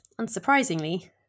unsurprisingly